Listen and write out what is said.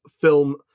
Film